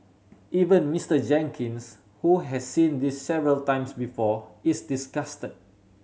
even Mister Jenkins who has seen this several times before is disgusted